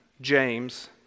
James